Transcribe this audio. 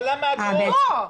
למה אגרות?